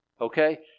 okay